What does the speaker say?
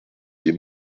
des